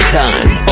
time